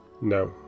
No